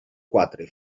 quatre